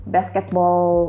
Basketball